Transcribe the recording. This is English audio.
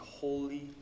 holy